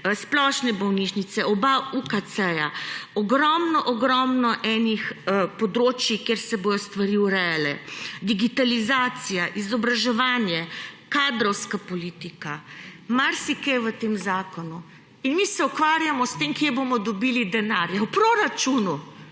splošne bolnišnice, oba UKC-ja. Ogromno ogromno področij, kjer se bodo stvari urejale. Digitalizacija, izobraževanje, kadrovska politika, marsikaj v tem zakonu. In mi se ukvarjamo s tem, kje bomo dobili denar. V proračunu.